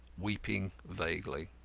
weeping vaguely.